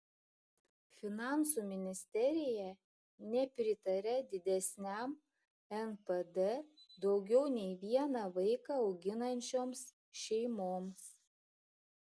finansų ministerija nepritaria didesniam npd daugiau nei vieną vaiką auginančioms šeimoms